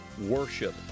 worship